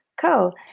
Cool